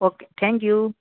okay thank you